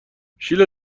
شیلا